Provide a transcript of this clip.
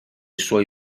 suoi